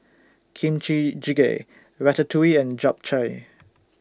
Kimchi Jjigae Ratatouille and Japchae